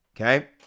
okay